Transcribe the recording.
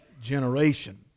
generation